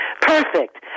Perfect